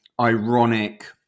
ironic